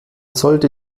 sollte